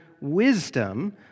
wisdom